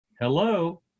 Hello